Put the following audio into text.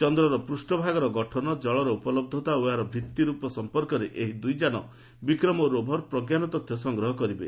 ଚନ୍ଦ୍ରର ପୂଷ୍ପଭାଗର ଗଠନ ଜଳର ଉପଳହ୍ୱତା ଓ ଏହାର ଭୂମିର୍ପ ସମ୍ପର୍କରେ ଏହି ଦୁଇ ଯାନ ବିକ୍ରମ ଓ ରୋଭର୍ ପ୍ରଜ୍ଞାନ ତଥ୍ୟ ସଂଗ୍ରହ କରିବେ